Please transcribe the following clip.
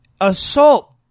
assault